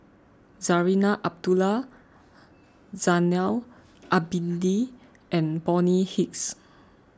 Zarinah Abdullah Zainal Abidin and Bonny Hicks